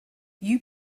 you